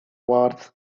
wars